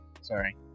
sorry